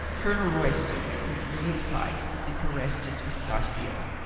colonel royston withdrew his pipe and caressed his moustachio.